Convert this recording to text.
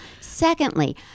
Secondly